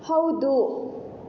ಹೌದು